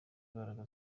imbaraga